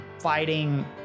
fighting